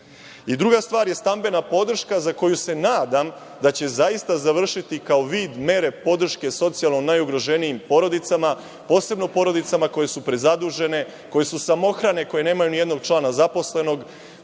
stvar je stambena podrška, za koju se nadam da će zaista završiti kao vid mere podrške socijalno najugroženijim porodicama, a posebno porodicama koje su prezadužene, koje su samohrane, koje nemaju nijednog člana zaposlenog,